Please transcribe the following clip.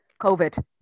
COVID